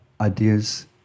Ideas